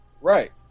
Right